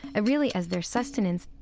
really, as their sustenance